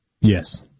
Yes